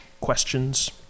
questions